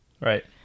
Right